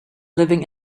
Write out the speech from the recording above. living